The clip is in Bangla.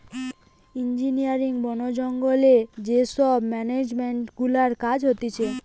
ইঞ্জিনারিং, বোন জঙ্গলে যে সব মেনেজমেন্ট গুলার কাজ হতিছে